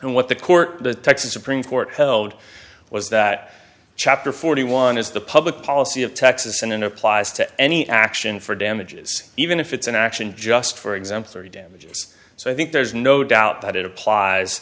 and what the court the texas supreme court held was that chapter forty one is the public policy of texas and in applies to any action for damages even if it's an action just for exemplary damages so i think there's no doubt that it applies